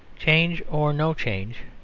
change or no change,